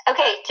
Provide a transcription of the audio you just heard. Okay